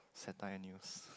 satire news